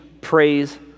praise